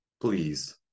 please